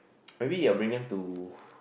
maybe I'll bring them to